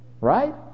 right